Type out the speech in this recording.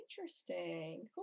interesting